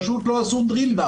פשוט לא עשו drill down